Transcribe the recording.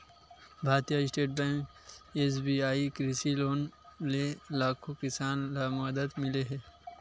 भारतीय State Bank के SBI कृषि लोन ले लाखो किसान ल मदद मिले हे